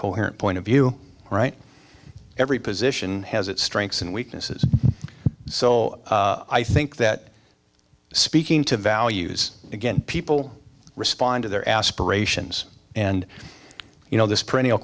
coherent point of view right every position has its strengths and weaknesses so i think that speaking to values again people respond to their aspirations and you know this pre